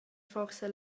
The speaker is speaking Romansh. forsa